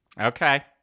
Okay